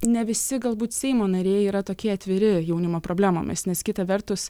ne visi galbūt seimo nariai yra tokie atviri jaunimo problemomis nes kita vertus